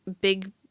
big